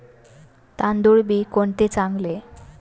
तांदूळ बी कोणते चांगले?